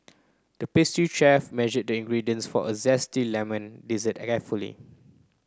the pastry chef measured the ingredients for a zesty lemon dessert carefully